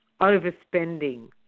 Overspending